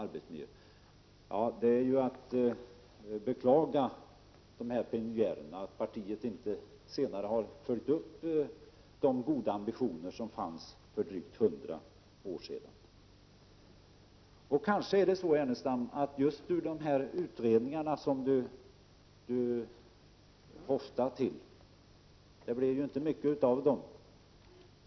Dessa liberaler är då att beklaga, eftersom partiet inte senare har följt upp de goda ambitioner som fanns för drygt hundra år sedan. De utredningar som Lars Ernestam tog upp blev det inte mycket av.